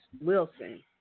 Wilson